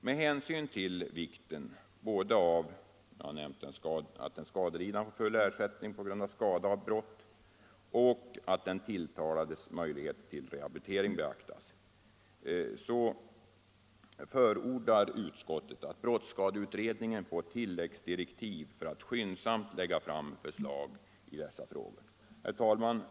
Med hänsyn till vikten av både att den skadelidande får full ersättning för skada på grund av brott och att den tilltalades möjligheter till rehabilitering beaktas förordar utskottet att brottsskadeutredningen får tillläggsdirektiv om att skyndsamt lägga fram förslag i dessa frågor. Herr talman!